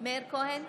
מאיר כהן,